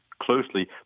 closely